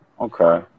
Okay